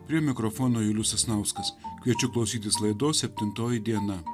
prie mikrofono julius sasnauskas kviečiu klausytis laidos septintoji diena